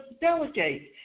delegate